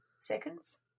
seconds